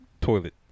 Toilet